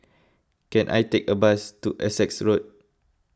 can I take a bus to Essex Road